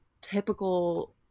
typical